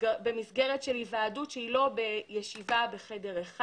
במסגרת של היוועדות שהיא לא בישיבה בחדר אחד.